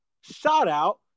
shout-out